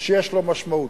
שיש לו משמעות.